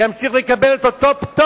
והוא ימשיך לקבל את אותו פטור,